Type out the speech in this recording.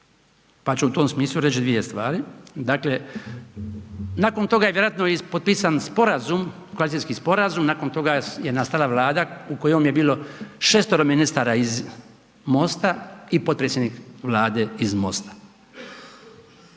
pa ću u tom smislu reći dvije stvari. Dakle, nakon toga je vjerojatno ispotpisan i sporazum, koalicijski sporazum, nakon toga je nastala Vlada u kojoj je bilo šestero ministara iz MOST-a i potpredsjednik Vlade iz MOST-a